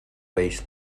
bells